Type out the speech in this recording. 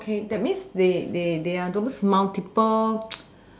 okay that means they are those multiple